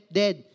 dead